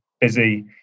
busy